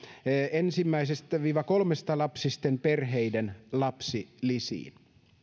yksi viiva kolme lapsisten perheiden lapsilisiin